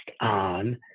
on